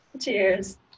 Cheers